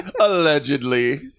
Allegedly